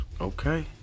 Okay